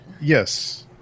Yes